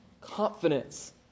confidence